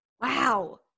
Wow